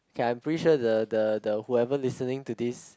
k i'm pretty sure the the the whoever listening to this